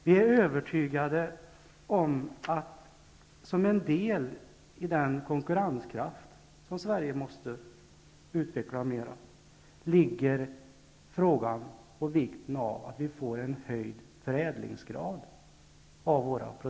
Vi är övertygade om att frågan om och vikten av höjd förädlingsgrad när det gäller våra produkter kommer att ligga som en del i den konkurrenskraft som Sverige måste utveckla mer.